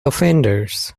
offenders